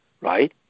right